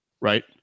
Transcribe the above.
right